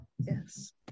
Yes